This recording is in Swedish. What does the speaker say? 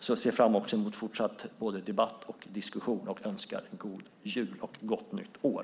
Jag ser också fram mot en fortsatt debatt och diskussion och önskar en god jul och ett gott nytt år.